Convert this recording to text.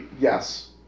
yes